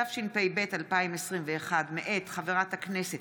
התשפ"ב 2021, מאת חברי הכנסת